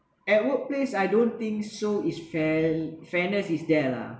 at workplace I don't think so it's fair fairness is there lah